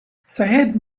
syed